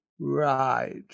Right